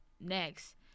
next